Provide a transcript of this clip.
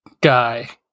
guy